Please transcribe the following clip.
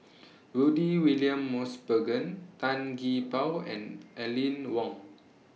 Rudy William Mosbergen Tan Gee Paw and Aline Wong